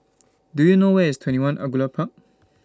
Do YOU know Where IS twenty one Angullia Park